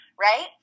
right